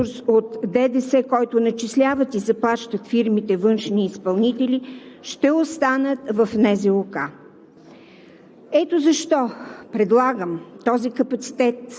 още повече че така икономисаният ресурс от ДДС, който начисляват и заплащат фирмите външни изпълнители, ще остане в НЗОК.